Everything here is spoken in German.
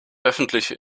öffentliche